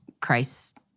Christ